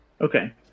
Okay